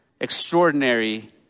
extraordinary